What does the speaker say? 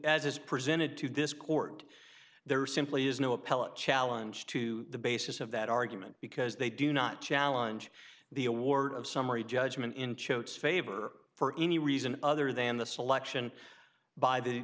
as is presented to this court there simply is no appellate challenge to the basis of that argument because they do not challenge the award of summary judgment in choate's favor for any reason other than the selection by the